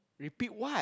repeat what